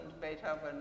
Beethoven